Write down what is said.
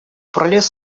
пролез